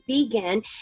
vegan